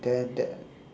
then that